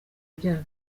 byabyo